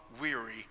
weary